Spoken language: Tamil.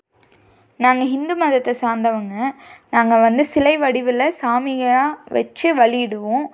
நாங்கள் ஹிந்து மதத்தை சார்ந்தவங்க நாங்கள் வந்து சிலை வடிவில் சாமிங்களாக வெச்சு வளிபடுவோம்